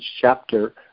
chapter